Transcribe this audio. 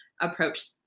approach